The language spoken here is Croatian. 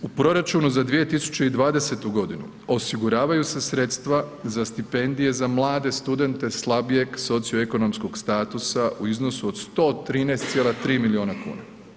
U proračunu za 2020.g. osiguravaju se sredstva za stipendije za mlade studente slabijeg socioekonomskog statusa u iznosu od 113,3 milijuna kuna.